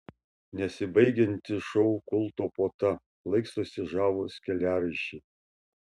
nesibaigianti šou kulto puota plaikstosi žavūs keliaraiščiai